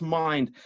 mind